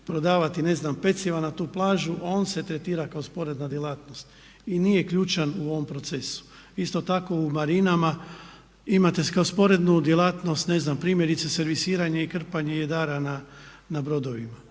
prodavati ne znam peciva na tu plažu on se tretira kao sporedna djelatnost i nije ključan u ovom procesu. Isto tako u marinama imate kao sporednu djelatnost ne znam primjerice servisiranje i krpanje jedara na brodovima.